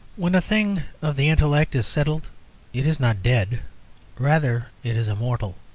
when a thing of the intellect is settled it is not dead rather it is immortal.